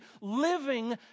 living